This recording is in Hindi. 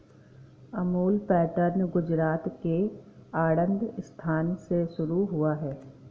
अमूल पैटर्न गुजरात के आणंद स्थान से शुरू हुआ है